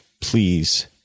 Please